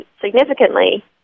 significantly